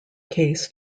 case